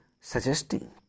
suggesting